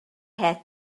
had